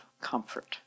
comfort